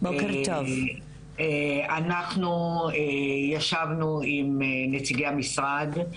אנחנו ישבנו עם נציגי המשרד,